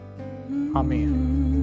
Amen